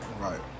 Right